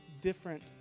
different